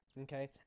Okay